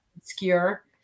obscure